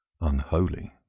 unholy